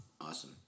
awesome